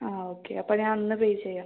ആ ഓക്കെ അപ്പോൾ ഞാൻ അന്ന് പേ ചെയ്യാം